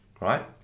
Right